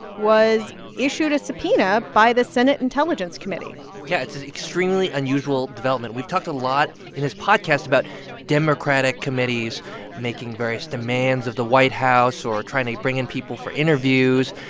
was issued a subpoena by the senate intelligence committee yeah, it's an extremely unusual development we've talked a lot in this podcast about democratic committees making various demands of the white house or trying to bring in people for interviews,